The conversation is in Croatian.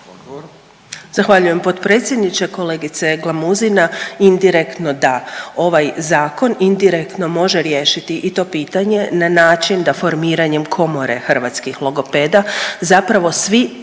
Zahvaljujem potpredsjedniče. Kolegice Glamuzina indirektno da, ovaj zakon indirektno može riješiti i to pitanje na način da formiranjem komore hrvatskih logopeda zapravo si